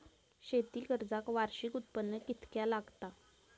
शेती कर्जाक वार्षिक उत्पन्न कितक्या लागता?